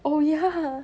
oh ya